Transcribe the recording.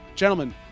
Gentlemen